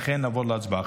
לכן, נעבור להצבעה.